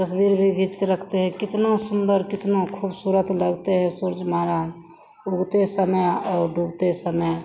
तस्वीर भी खीँचकर रखते हैं कितना सुन्दर कितने ख़ूबसूरत लगते हैं सूर्य महाराज उगते समय और डूबते समय